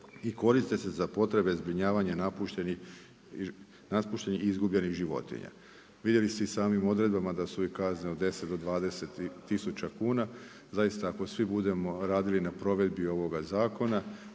i koriste se za potrebe zbrinjavanja napuštenih i izgubljenih životinja“. Vidjeli ste i samim odredbama da su i kazne od 10 do 20 tisuća kuna, zaista ako svi budemo radili na provedbi ovoga zakona